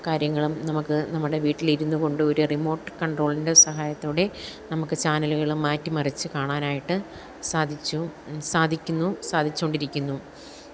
കാര്യങ്ങളും നമുക്ക് നമ്മുടെ വീട്ടിലിരുന്നു കൊണ്ട് ഒരു റിമോട്ട് കണ്ട്രോളിന്റെ സഹായത്തോടെ നമുക്ക് ചാനലുകൾ മാറ്റി മറിച്ചു കാണാനായിട്ട് സാധിച്ചു സാധിക്കുന്നു സാധിച്ചു കൊണ്ടിരിക്കുന്നു